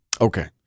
Okay